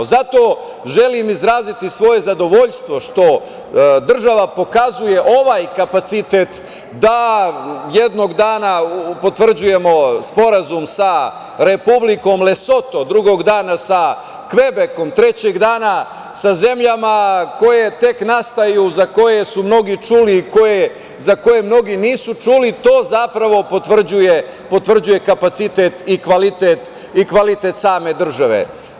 Zato želim izraziti svoje zadovoljstvo što država pokazuje ovaj kapacitet da jednog dana potvrđujemo Sporazum sa Republikom Lesoto, drugog dana sa Kvebekom, trećeg dana sa zemljama koje tek nastaju, za koje su mnogi čuli, za koje mnogi nisu čuli, to zapravo potvrđuje kapacitet i kvalitet same države.